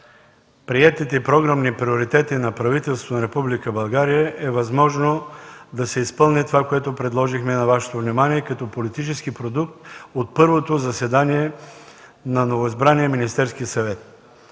приетите програмни приоритети на правителството на Република България, е възможно да се изпълни това, което предложихме на Вашето внимание, като политически продукт от първото заседание на новоизбрания Министерски съвет.